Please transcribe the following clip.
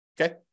Okay